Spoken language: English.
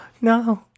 No